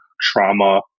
trauma